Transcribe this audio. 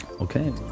Okay